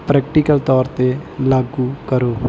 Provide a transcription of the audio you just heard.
practical ਤੋਰ 'ਤੇ ਲਾਗੂ ਕਰੋ